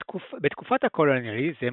בתקופת הקולוניאליזם,